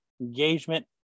engagement